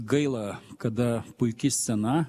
gaila kada puiki scena